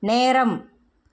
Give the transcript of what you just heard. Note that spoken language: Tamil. நேரம்